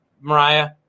Mariah